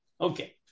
Okay